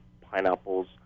pineapples